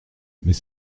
mais